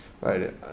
right